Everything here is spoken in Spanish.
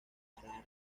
hará